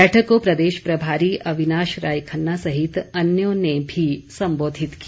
बैठक को प्रदेश प्रभारी अविनाश राय खन्ना सहित अन्यों ने भी संबोधित किया